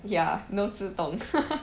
ya no 自动 ha ha